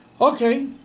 Okay